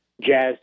jazz